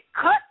cut